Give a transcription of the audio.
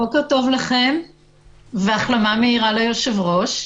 בוקר טוב לכם והחלמה מהירה ליושב-ראש.